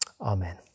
Amen